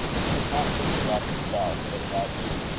he does not think about himself, but about you.